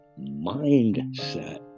mindset